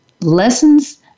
lessons